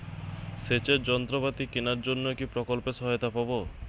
সেচের যন্ত্রপাতি কেনার জন্য কি প্রকল্পে সহায়তা পাব?